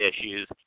issues